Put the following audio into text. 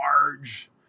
large